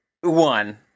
One